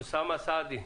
אוסאמה סעדי.